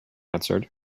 answered